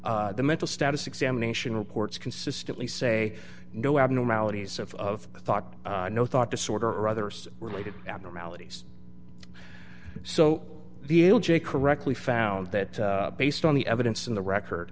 the mental status examination reports consistently say no abnormalities of thought no thought disorder or others related abnormalities so the l j correctly found that based on the evidence in the record